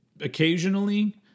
occasionally